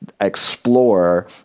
explore